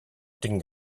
tinc